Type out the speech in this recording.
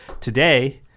Today